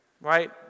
right